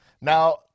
Now